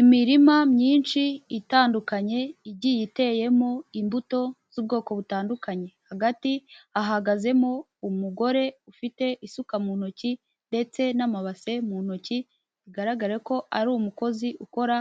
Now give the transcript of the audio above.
Imirima myinshi itandukanye, igiye iteyemo imbuto z'ubwoko butandukanye, hagati hahagazemo umugore ufite isuka mu ntoki ndetse n'amabase mu ntoki, bigaragarare ko ari umukozi ukora